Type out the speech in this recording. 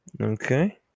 Okay